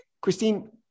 Christine